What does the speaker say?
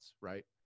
right